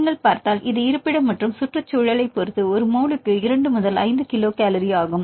நீங்கள் பார்த்தால் இது இருப்பிடம் மற்றும் சுற்றுச்சூழலைப் பொறுத்து ஒரு மோலுக்கு 2 முதல் 5 கிலோ கலோரி2 5 Kcalmole ஆகும்